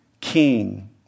king